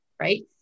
right